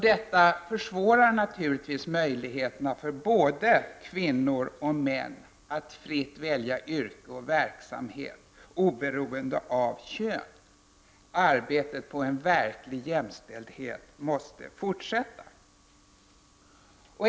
Detta försvårar naturligtvis möjligheterna för både kvinnor och män att fritt välja yrke och verksamhet oberoende av kön. Arbetet för en verklig jämställdhet måste fortsätta.